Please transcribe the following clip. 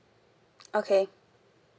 okay